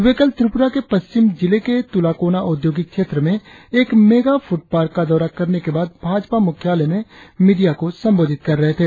वे कल त्रिपुरा के पश्चिम जिले के तुलाकोना औद्योगिक क्षेत्र में एक मेगा फूड पार्क का दौरा करने के बाद भाजपा मुख्यालय में मीडिया को संबोधित कर रहे थे